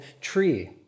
tree